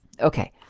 Okay